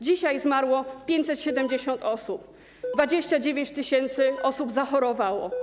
Dzisiaj zmarło 570 osób, 29 tys. osób zachorowało.